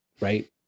right